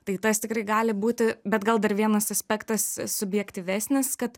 tai tas tikrai gali būti bet gal dar vienas aspektas subjektyvesnis kad